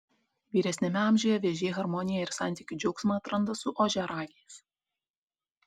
vyresniame amžiuje vėžiai harmoniją ir santykių džiaugsmą atranda su ožiaragiais